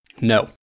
No